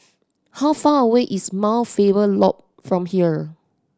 how far away is Mount Faber Loop from here